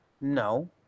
No